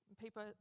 people